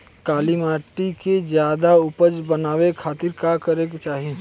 काली माटी के ज्यादा उपजाऊ बनावे खातिर का करे के चाही?